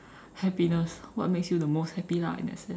happiness what makes you the most happy lah in that sense